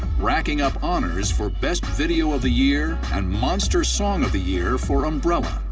racking up honors for best video of the year and monster song of the year for umbrella.